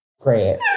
Great